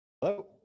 Hello